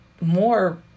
more